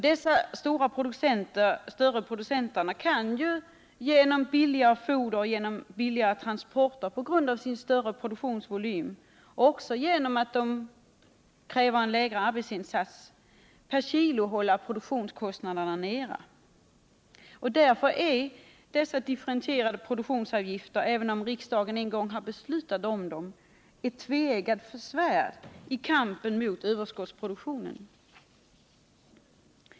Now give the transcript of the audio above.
Dessa större producenter kan bl.a. genom billigare foder och billigare transporter på grund av sin större produktionsvolym och också genom att de behöver en lägre arbetsinsats per kilo hålla produktionskostnaderna nere. Därför är dessa differentierade produktionsavgifter, även om riksdagen en gång har beslutat om dem, ett tveeggat svärd i kampen mot överskottsproduktionen.